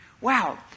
Wow